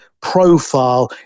profile